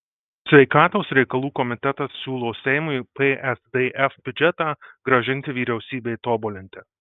sveikatos reikalų komitetas siūlo seimui psdf biudžetą grąžinti vyriausybei tobulinti